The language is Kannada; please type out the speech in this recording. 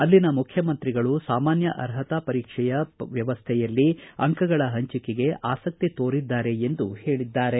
ಅಲ್ಲಿನ ಮುಖ್ಯಮಂತ್ರಿಗಳು ಸಾಮಾನ್ಯ ಅರ್ಹತಾ ಪರೀಕ್ಷೆಯ ವ್ಯವಸ್ಥೆಯಲ್ಲಿ ಅಂಕಗಳ ಪಂಚಿಕೆಗೆ ಆಸಕ್ತಿ ತೊರಿದ್ದಾರೆ ಎಂದು ಹೇಳಿದ್ದಾರೆ